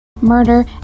murder